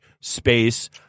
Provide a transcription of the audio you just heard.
space